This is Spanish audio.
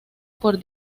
por